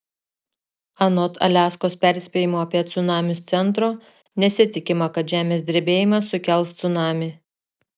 anot aliaskos perspėjimo apie cunamius centro nesitikima kad žemės drebėjimas sukels cunamį